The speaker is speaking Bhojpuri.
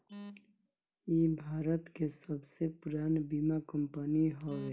इ भारत के सबसे पुरान बीमा कंपनी हवे